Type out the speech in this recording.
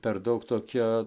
per daug tokia